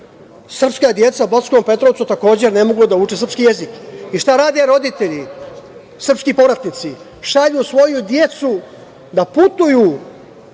Srpska deca u Bosanskom Petrovcu takođe ne mogu da uče srpski jezik. I šta rade roditelji, srpski povratnici? Šalju svoju decu da putuju